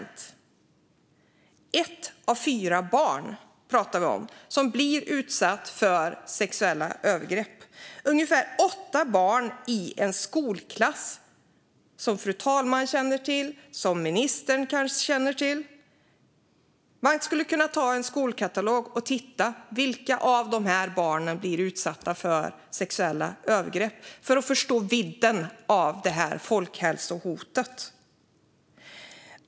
Vi pratar om ett av fyra barn som blir utsatt för sexuella övergrepp, ungefär åtta barn i en skolklass som fru talmannen eller ministern kanske känner till. Man skulle kunna ta en skolkatalog och titta på vilka barn som blir utsatta för sexuella övergrepp, för att förstå vidden av detta folhälsohot.